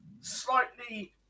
slightly